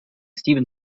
steven